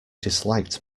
disliked